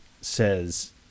says